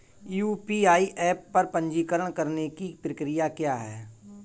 UPI app पर पंजीकरण करने की प्रक्रिया क्या है?